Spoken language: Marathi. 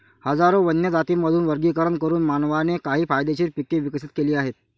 हजारो वन्य जातींमधून वर्गीकरण करून मानवाने काही फायदेशीर पिके विकसित केली आहेत